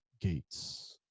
gates